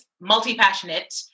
multi-passionate